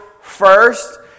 first